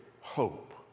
hope